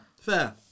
fair